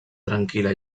tranquil·la